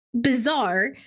bizarre